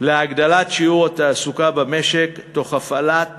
להגדלת שיעור התעסוקה במשק תוך הפעלת